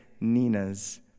Nina's